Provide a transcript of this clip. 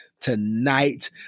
tonight